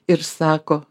ir sako